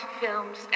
films